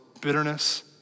bitterness